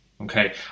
Okay